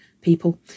people